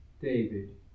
David